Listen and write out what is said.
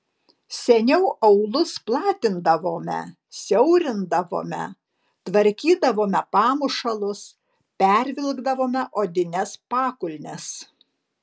seniau aulus platindavome siaurindavome tvarkydavome pamušalus pervilkdavome odines pakulnes